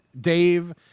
Dave